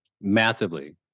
massively